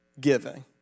giving